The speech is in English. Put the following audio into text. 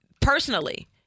personally